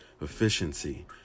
efficiency